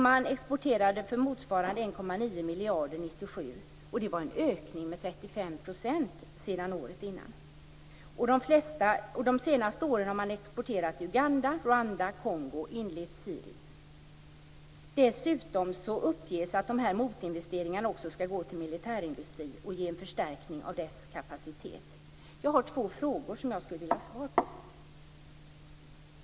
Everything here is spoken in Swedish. Man exporterade för motsvarande 1,9 miljarder kronor under 1997, och det var en ökning med 35 % sedan året innan. De senaste åren har man exporterat till Uganda, Rwanda och Kongo enligt SIPRI. Dessutom uppges att motinvesteringarna också skall gå till militärindustri och ge en förstärkning av dess kapacitet. Jag har två frågor som jag skulle vilja ha svar på.